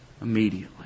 immediately